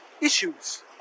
issues